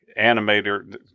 animator